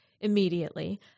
immediately